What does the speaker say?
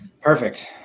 Perfect